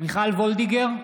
מיכל וולדיגר,